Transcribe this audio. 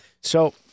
So-